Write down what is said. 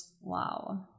Wow